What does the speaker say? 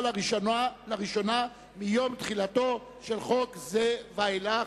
לראשונה מיום תחילתו של חוק זה ואילך".